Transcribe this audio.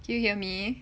do you hear me